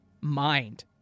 mind